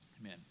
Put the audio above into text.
Amen